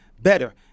better